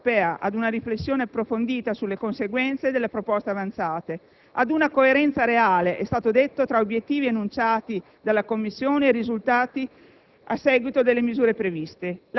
Pertanto, vogliamo invitare l'Unione Europea ad una riflessione approfondita sulle conseguenze delle proposte avanzate; ad una coerenza reale - come è stato detto - tra obiettivi enunciati dalla Commissione e risultati